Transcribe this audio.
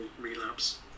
relapse